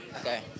Okay